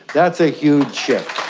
that's a huge shift.